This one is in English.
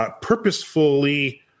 purposefully